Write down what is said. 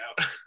out